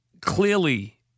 clearly